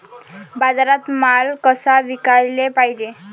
बाजारात माल कसा विकाले पायजे?